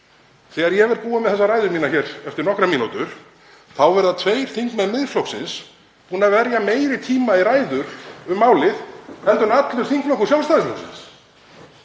Þegar ég verð búinn með þessa ræðu mína hér eftir nokkrar mínútur þá verða tveir þingmenn Miðflokksins búnir að verja meiri tíma í ræður um málið heldur allur þingflokkur Sjálfstæðisflokksins